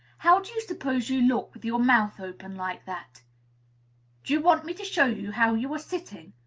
how do you suppose you look with your mouth open like that? do you want me to show you how you are sitting?